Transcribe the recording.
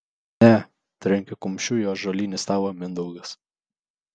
ne trenkė kumščiu į ąžuolinį stalą mindaugas